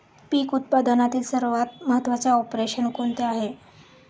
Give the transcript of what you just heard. पीक उत्पादनातील सर्वात महत्त्वाचे ऑपरेशन कोणते आहे?